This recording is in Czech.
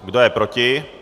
Kdo je proti?